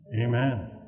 Amen